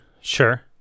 sure